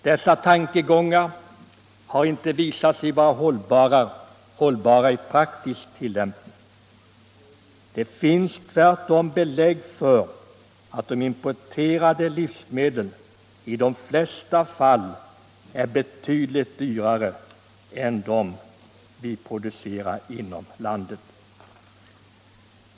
Dessa tankegångar har inte visat sig vara hållbara i praktisk tillämpning. Det finns tvärtom belägg för att de importerade livsmedlen i de flesta fall är betydligt dyrare än de vi producerar inom landet.